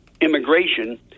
immigration